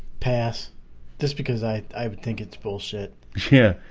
pass this because i i think it's bullshit yeah,